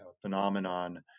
phenomenon